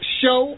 show